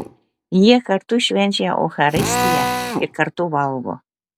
jie kartu švenčia eucharistiją ir kartu valgo